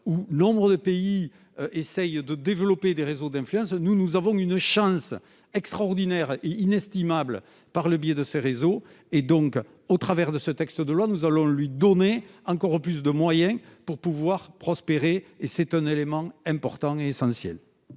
où nombre de pays essaye de développer des réseaux d'influence, nous nous avons une chance extraordinaire inestimable, par le biais de ces réseaux et donc au travers de ce texte de loi, nous allons lui donner encore plus de moyens pour pouvoir prospérer et c'est un élément important et essentiel.